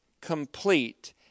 complete